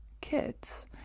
kids